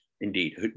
Indeed